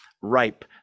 ripe